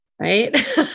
right